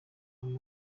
muntu